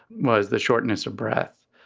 was the shortness of breath.